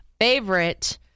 favorite